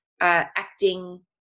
acting